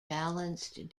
balanced